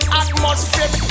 atmosphere